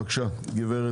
בבקשה, הגב'